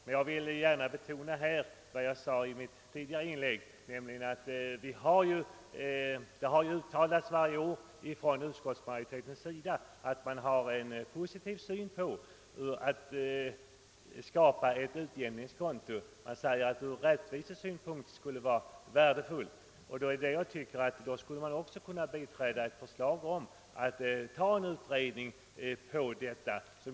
Men jag vill gärna betona vad jag sade i mitt tidigare inlägg, nämligen att utskottsmajoriteten varje år har uttalat att man har en positiv syn på att skapa en utjämning härvidlag. Man säger att det ur rättvisesynpunkt skulle vara värdefullt. Då skulle man också, tycker jag, kunna biträda ett förslag om att begära en utredning om detta.